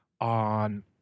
on